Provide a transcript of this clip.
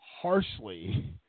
harshly